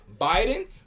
Biden